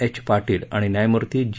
H Patil आणि न्यायमूर्ती जी